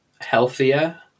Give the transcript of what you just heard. healthier